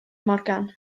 morgan